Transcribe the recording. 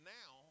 now